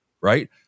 right